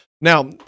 Now